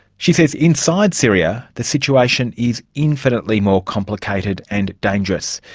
she says inside syria the situation is infinitely more complicated and dangerous.